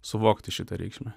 suvokti šitą reikšmę